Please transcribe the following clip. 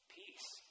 peace